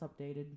updated